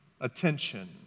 attention